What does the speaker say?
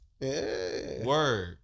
word